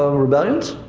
ah rebellions?